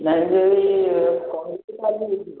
ନାଇ ଯଦି କହିବେ ତାହେଲେ ହେଇଯିବ